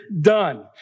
done